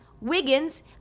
Wiggins